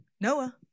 Noah